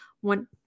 one